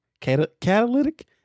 catalytic